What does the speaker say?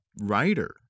writer